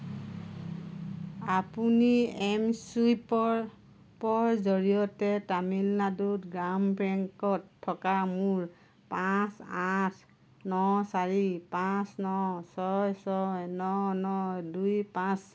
আপুনি এম ছুৱাইপৰ পৰ জৰিয়তে তামিলনাডু গ্ৰাম বেংকত থকা মোৰ পাঁচ আঠ ন চাৰি পাঁচ ন ছয় ছয় ন ন দুই পাঁচ